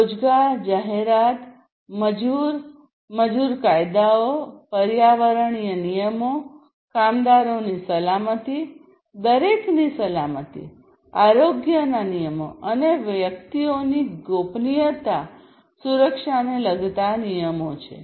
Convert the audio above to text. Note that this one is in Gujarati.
રોજગાર જાહેરાત મજૂર મજૂર કાયદાઓ પર્યાવરણીય નિયમો છે કામદારોની સલામતી દરેકની સલામતી આરોગ્યના નિયમો અને વ્યક્તિઓની ગોપનીયતા સુરક્ષાને લગતા નિયમો છે